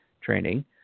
training